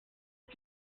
ist